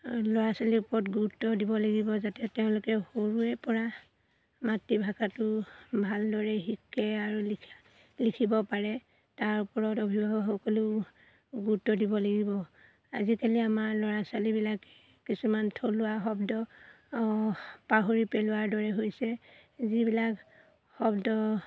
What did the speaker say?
ল'ৰা ছোৱালীৰ ওপৰত গুৰুত্ব দিব লাগিব যাতে তেওঁলোকে সৰুৰে পৰা মাতৃভাষাটো ভালদৰে শিকে আৰু লিখা লিখিব পাৰে তাৰ ওপৰত অভিভাৱক সকলো গুৰুত্ব দিব লাগিব আজিকালি আমাৰ ল'ৰা ছোৱালীবিলাকে কিছুমান থলুৱা শব্দ পাহৰি পেলোৱাৰ দৰে হৈছে যিবিলাক শব্দ